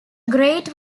great